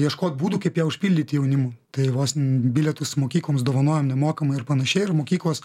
ieškot būdų kaip ją užpildyti jaunimu tai vos ne bilietus mokykloms dovanojom nemokamai ar panašiai ir mokyklos